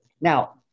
Now